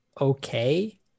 okay